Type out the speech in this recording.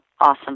awesome